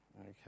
Okay